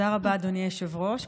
תודה רבה, אדוני היושב-ראש.